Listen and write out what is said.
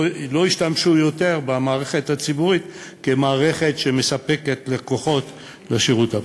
לא ישתמשו יותר במערכת הציבורית כמערכת שמספקת לקוחות לשירות הפרטי.